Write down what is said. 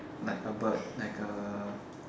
like a bird like a